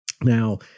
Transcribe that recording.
Now